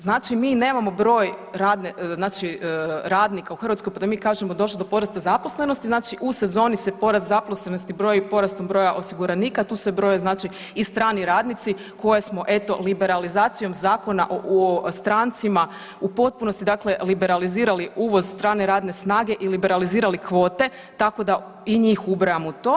Znači mi nemamo broj radnika u Hrvatskoj pa da mi kažemo došlo je do porasta zaposlenosti, znači u sezoni se porast zaposlenosti broji porastom broja osiguranika tu se broje i strani radnici koje smo eto liberalizacijom Zakona o strancima u potpunosti liberalizirali uvoz strane radne snage i liberalizirali kvote tako da i njih ubrajamo u to.